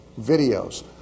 videos